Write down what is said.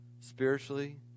spiritually